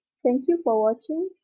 thank you for watching,